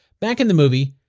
back in the movie,